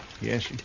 Yes